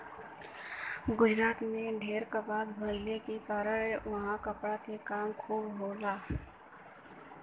गुजरात में ढेर कपास भइले के कारण उहाँ कपड़ा के काम खूब होला